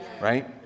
Right